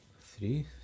three